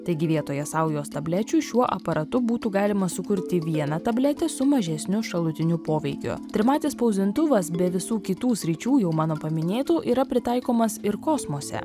taigi vietoje saujos tablečių šiuo aparatu būtų galima sukurti vieną tabletę su mažesniu šalutiniu poveikiu trimatis spausdintuvas be visų kitų sričių jau mano paminėtų yra pritaikomas ir kosmose